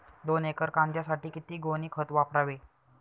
दोन एकर कांद्यासाठी किती गोणी खत वापरावे?